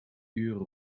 uren